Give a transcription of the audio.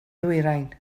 ddwyrain